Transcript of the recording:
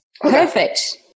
Perfect